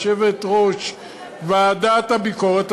יושבת-ראש ועדת הביקורת,